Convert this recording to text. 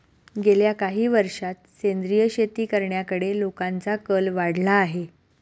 गेल्या काही वर्षांत सेंद्रिय शेती करण्याकडे लोकांचा कल वाढला आहे